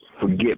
forget